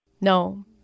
No